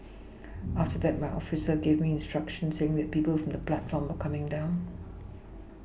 after that my officer gave me instructions saying that people from the platform were coming down